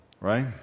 right